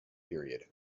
period